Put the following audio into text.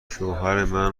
شوهرمن